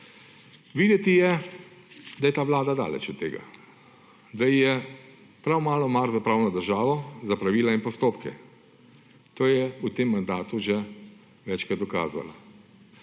Videti je, da je ta Vlada daleč od tega, da ji je prav malo mar za pravno državo, za pravila in postopke. To je v tem mandatu že večkrat dokazala,